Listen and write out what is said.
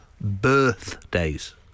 birthdays